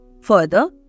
Further